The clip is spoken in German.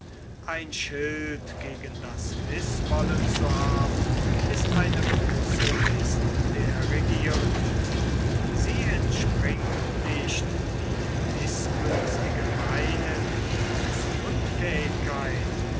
ein schild gegen das mißwollen zu haben ist eine große list der regierenden sie entspringt nicht wie mißgünstige meynen aus unfähigkeit